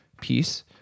piece